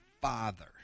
Father